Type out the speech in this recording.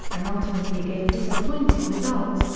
and ultimately gave disappointing results,